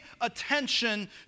attention